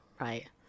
right